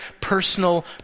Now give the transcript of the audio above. personal